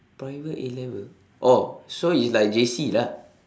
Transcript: private A-level oh so it's like J_C lah